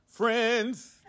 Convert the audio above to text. friends